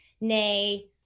nay